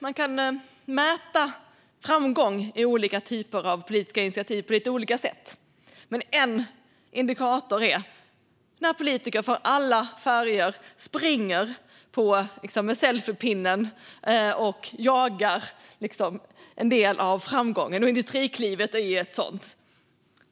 Man kan mäta framgång i fråga om olika typer av politiska initiativ på lite olika sätt. Men en indikator är när politiker av alla färger springer med selfiepinnen och jagar en del av framgången. Industriklivet är ett sådant.